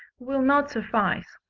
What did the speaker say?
will not suffice.